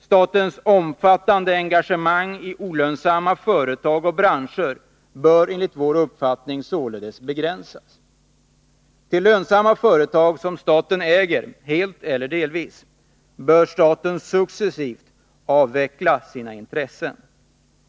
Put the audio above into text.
Statens omfattande engagemang i olönsamma företag och branscher bör således begränsas. I lönsamma företag som staten äger, helt eller delvis, bör staten successivt avveckla sina intressen.